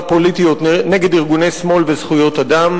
פוליטיות נגד ארגוני שמאל וזכויות אדם.